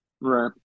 Right